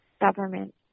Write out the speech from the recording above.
government